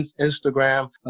Instagram